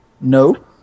No